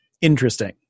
interesting